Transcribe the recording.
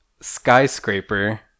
Skyscraper